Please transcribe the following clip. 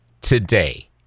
today